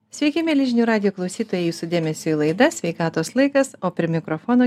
sveiki mieli žinių radijo klausytojai jūsų dėmesiui laida sveikatos laikas o prie mikrofono